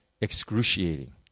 Excruciating